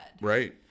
Right